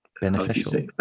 beneficial